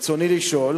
רצוני לשאול: